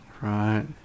right